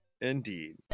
indeed